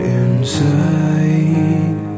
inside